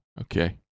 Okay